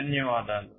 ధన్యవాదాలు